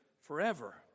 forever